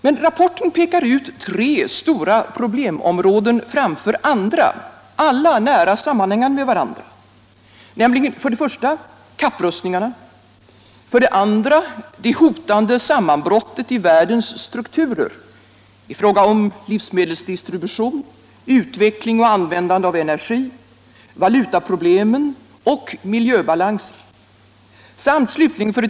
Men rapporten pekar ut tre stora problemområden framför andra, alla nära sammanhängande med varandra, nämligen: | 2. det hotande sammanbrottet i världens strukturer i fråga om livsmedelsdistributionen, utvecklingen och användningen av energi, valutafrågorna och mitjöbalansen.